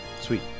sweet